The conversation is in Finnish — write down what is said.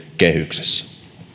kehyksessä